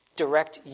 direct